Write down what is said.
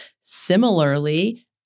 Similarly